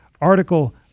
article